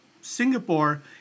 Singapore